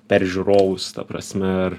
per žiūrovus ta prasme ir